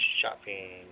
Shopping